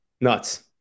Nuts